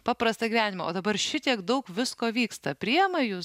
paprastą gyvenimą o dabar šitiek daug visko vyksta priema jus